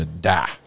die